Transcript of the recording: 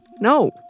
no